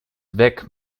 weg